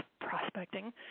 prospecting